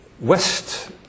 West